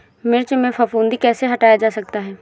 मिर्च में फफूंदी कैसे हटाया जा सकता है?